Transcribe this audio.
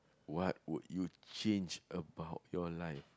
what would you change about your life